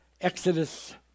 Exodus